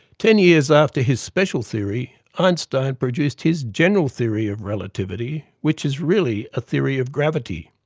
ten years after his special theory, einstein produced his general theory of relativity, which is really a theory of gravity.